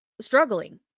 struggling